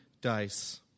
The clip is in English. dice